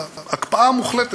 אלא הקפאה מוחלטת.